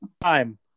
Time